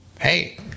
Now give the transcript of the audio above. hey